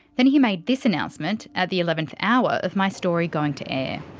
then he made this announcement at the eleventh hour of my story going to air.